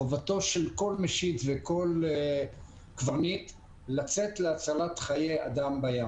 חובתו של כל משיט וכל קברניט לצאת להצלת חיי אדם בים.